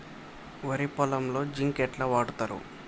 వరి పొలంలో జింక్ ఎట్లా వాడుతరు?